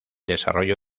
desarrollo